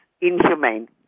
inhumane